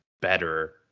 better